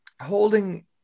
holding